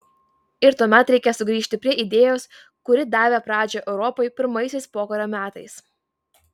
ir tuomet reikia sugrįžti prie idėjos kuri davė pradžią europai pirmaisiais pokario metais